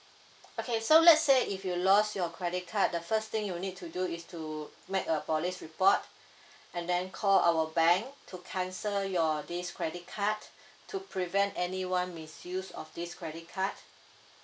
okay so let's say if you lost your credit card the first thing you'll need to do is to make a police report and then call our bank to cancel your this credit card to prevent anyone misuse of this credit card